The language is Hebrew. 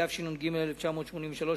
התשנ"ג 1993,